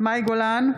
מאי גולן,